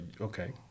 Okay